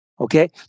okay